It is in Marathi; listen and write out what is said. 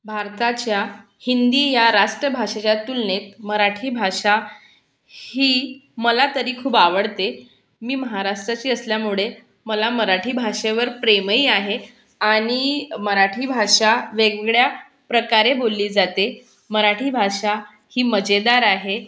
भारताच्या हिंदी या राष्ट्रभाषेच्या तुलनेत मराठी भाषा ही मला तरी खूप आवडते मी महाराष्ट्राची असल्यामुळे मला मराठी भाषेवर प्रेमही आहे आणि मराठी भाषा वेगवेगळ्या प्रकारे बोलली जाते मराठी भाषा ही मजेदार आहे